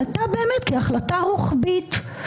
היא עלתה בהחלטה רוחבית.